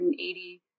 180